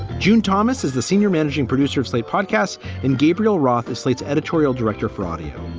june thomas is the senior managing producer of slate podcasts and gabriel roth is slate's editorial director for audio.